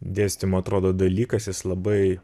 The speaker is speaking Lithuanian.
dėstymo atrodo dalykas jis labai